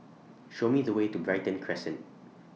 Show Me The Way to Brighton Crescent